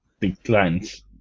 declines